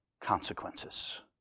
consequences